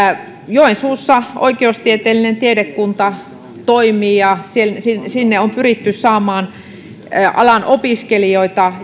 joensuussa oikeustieteellinen tiedekunta toimii ja sinne on pyritty saamaan alan opiskelijoita